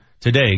today